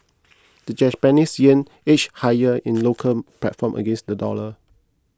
the Japanese yen edged higher in the local platform against the dollar